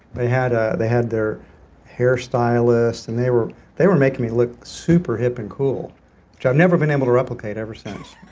they had ah they had their hair stylists and they were they were making me look super hip and cool. which i've never been able to replicate ever since